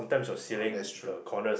orh that's true